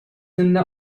linda